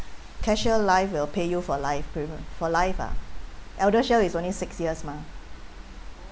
Careshield Life will pay you for life pre~ for life ah ElderShield is only six years mah